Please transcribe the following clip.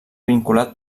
vinculat